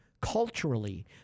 culturally